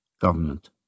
government